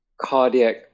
cardiac